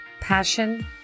passion